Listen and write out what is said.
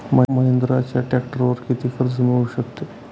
महिंद्राच्या ट्रॅक्टरवर किती कर्ज मिळू शकते?